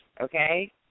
okay